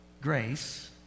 Grace